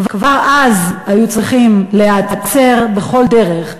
כבר אז היו צריכים להיעצר בכל דרך,